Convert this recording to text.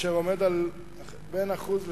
אשר עומד על בין 1% ל-3%.